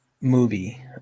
movie